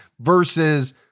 versus